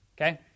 Okay